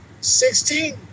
Sixteen